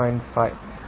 5